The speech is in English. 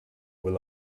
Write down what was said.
will